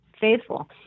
faithful